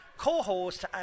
co-host